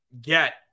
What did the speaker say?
get